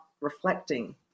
reflecting